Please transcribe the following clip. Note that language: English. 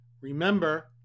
Remember